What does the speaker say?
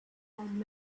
had